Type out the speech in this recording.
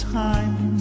time